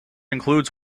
includes